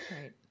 Right